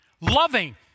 loving